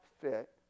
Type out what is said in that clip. fit